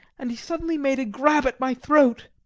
and he suddenly made a grab at my throat.